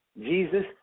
Jesus